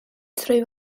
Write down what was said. trwy